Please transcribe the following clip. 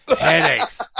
headaches